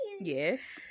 Yes